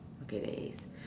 okay there is